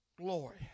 Glory